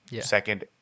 second